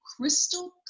crystal